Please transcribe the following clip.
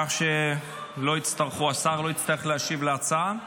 כך שהשר לא יצטרך להשיב להצעה.